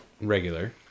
regular